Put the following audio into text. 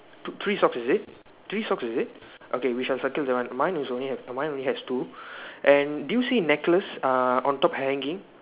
three socks is it three socks is it okay we shall circle that one mine is only have mine only has two and do you see necklace uh on top hanging